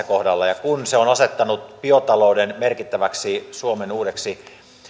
kohdalla ja kun se on asettanut biotalouden merkittäväksi suomen uudeksi